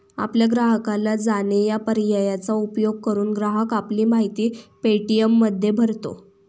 आपल्या ग्राहकाला जाणे या पर्यायाचा उपयोग करून, ग्राहक आपली माहिती पे.टी.एममध्ये भरतो